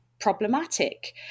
problematic